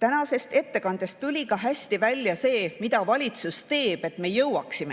Tänasest ettekandest tuli hästi välja ka see, mida valitsus teeb, et me